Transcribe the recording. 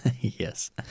Yes